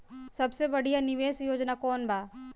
सबसे बढ़िया निवेश योजना कौन बा?